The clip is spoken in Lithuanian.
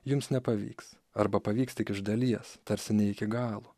jums nepavyks arba pavyks tik iš dalies tarsi ne iki galo